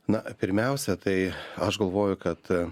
na pirmiausia tai aš galvoju kad